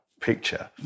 picture